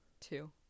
two